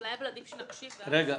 אולי אבל עדיף שנקשיב ואז --- רגע,